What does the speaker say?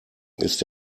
ist